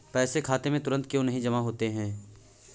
पैसे खाते में तुरंत क्यो नहीं जमा होते हैं?